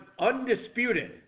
Undisputed